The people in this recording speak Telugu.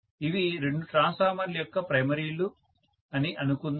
ఇవి రెండు ట్రాన్స్ఫార్మర్ల యొక్క ప్రైమరీలు అని అనుకుందాము